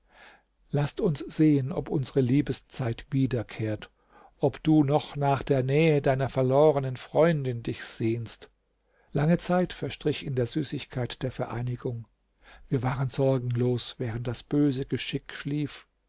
laßt uns sehen ob unsere liebeszeit wiederkehrt ob du noch nach der nähe deiner verlorenen freundin dich sehnst lange zeit verstrich in der süßigkeit der vereinigung wir waren sorgenlos während das böse geschick schlief